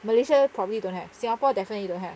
malaysia probably don't have singapore definitely don't have